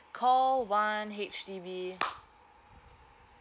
call one H_D_B